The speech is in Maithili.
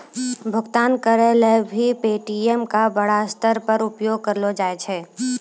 भुगतान करय ल भी पे.टी.एम का बड़ा स्तर पर उपयोग करलो जाय छै